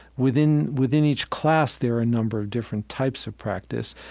within within each class, there are a number of different types of practice,